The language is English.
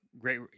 great